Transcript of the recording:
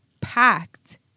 packed